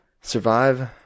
Survive